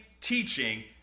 teaching